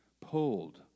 pulled